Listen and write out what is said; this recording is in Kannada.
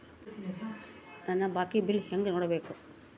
ನನ್ನ ಬಾಕಿ ಬಿಲ್ ಹೆಂಗ ನೋಡ್ಬೇಕು?